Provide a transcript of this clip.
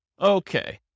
Okay